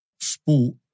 sport